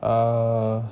uh